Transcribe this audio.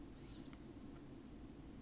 ya but I have to pay for that house